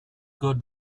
got